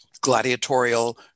gladiatorial